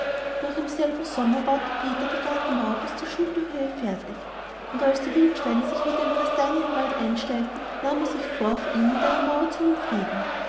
noch im selben sommer baute peter die gartenmauer bis zu schulterhöhe fertig und als die wildschweine sich wieder im kastanienwald einstellten nahm er sich vor auch ihn mit einer mauer zu